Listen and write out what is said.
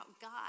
God